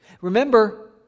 Remember